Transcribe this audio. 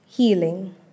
Healing